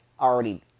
already